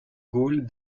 gaulle